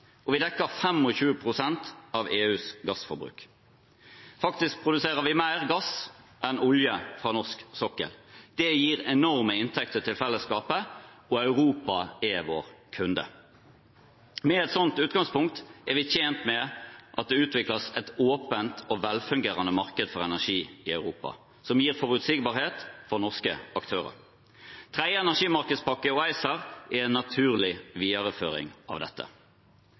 og vi dekker i dag 25 pst. av EUs gassforbruk. Faktisk produserer vi mer gass enn olje på norsk sokkel. Det gir enorme inntekter til fellesskapet – og Europa er vår kunde. Med et slikt utgangspunkt er vi tjent med at det utvikles et åpent og velfungerende marked for energi i Europa som gir forutsigbarhet for norske aktører. Tredje energimarkedspakke og ACER er en naturlig videreføring av dette.